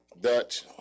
Dutch